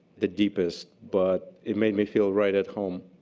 the deepest, but it made me feel right at home.